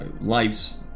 lives